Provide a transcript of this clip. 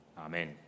Amen